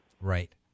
Right